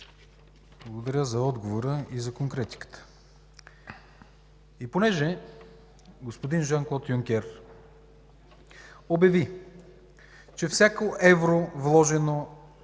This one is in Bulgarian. Благодаря за отговора и за конкретиката. Понеже господин Жан Клод Юнкер обяви, че всяко евро, вложено в